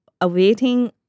awaiting